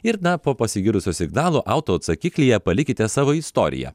ir dar po pasigirdusio signalo autoatsakiklyje palikite savo istoriją